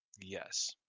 Yes